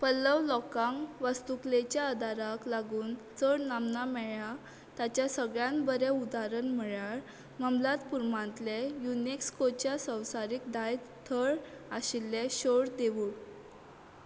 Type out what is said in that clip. पल्लव लोकांक वस्तुकलेच्या आदाराक लागून चड नामना मेळ्ळ्या ताचें सगळ्यांत बरें उदारहण म्हळ्यार ममलाद पुर्मांतलें युनेक्सकोच्या संवसारीक दायज थळ आशिल्लें शोर देवूळ